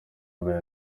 mbere